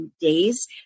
days